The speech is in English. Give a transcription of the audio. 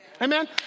Amen